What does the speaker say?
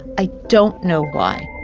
i don't know why